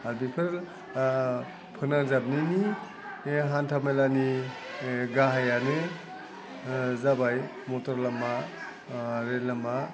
आरो बेफोर फोनांजाबनायनि बे हान्था मेलानि गाहायानो जाबाय मथर लामा रेल लामा